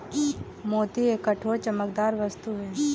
मोती एक कठोर, चमकदार वस्तु है